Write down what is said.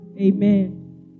Amen